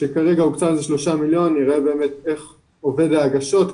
כאשר כרגע הוקצו שלושה מיליון שקלים כדי לראות איך עובדות ההגשות,